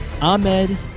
Ahmed